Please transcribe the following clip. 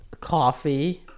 coffee